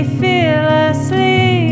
fearlessly